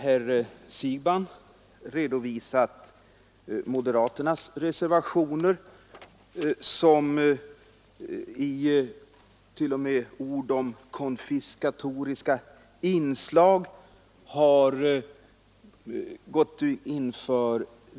Herr Siegbahn har redovisat moderaternas reservationer, som t.o.m. antyder ”konfiskatoriska inslag”.